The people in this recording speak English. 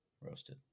Roasted